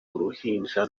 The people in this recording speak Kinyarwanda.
uruhinja